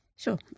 Sure